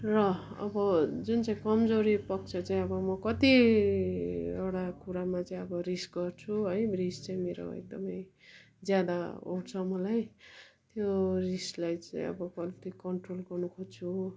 र अब जुन चाहिँ कमजोरी पक्ष चाहिँ अब म कतिवटा कुरामा चाहिँ अब रिस गर्छु है रिस चाहिँ मेरो एकदमै ज्यादा आउँछ मलाई त्यो रिसलाई चाहिँ अब कत्ति कन्ट्रोल गर्नु खोज्छु